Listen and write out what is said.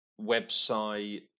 website